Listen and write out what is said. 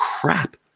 crap